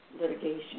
litigation